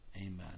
amen